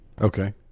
Okay